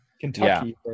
Kentucky